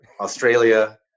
Australia